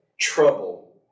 trouble